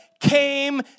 Came